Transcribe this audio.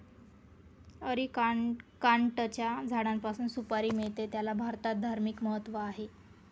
अरिकानटच्या झाडापासून सुपारी मिळते, तिला भारतात धार्मिक महत्त्व आहे